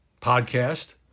podcast